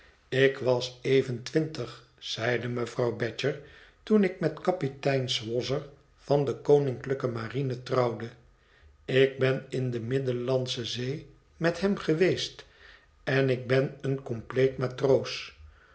ik was even twintig zeide mevrouw badger toen ik met kapitein swosser van de koninklijke marine trouwde ik ben in de middellandsche zee met hem geweest en ik ben een compleet matroos